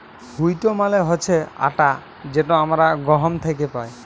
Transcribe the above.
wheat মালে হছে আটা যেট আমরা গহম থ্যাকে পাই